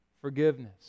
Forgiveness